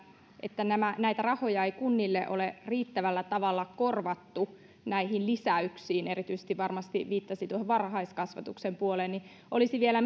että näitä rahoja ei kunnille ole riittävällä tavalla korvattu näihin lisäyksiin varmasti hän viittasi erityisesti varhaiskasvatuksen puoleen niin olisin vielä